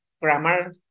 grammar